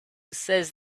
says